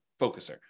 focuser